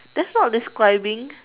that's not describing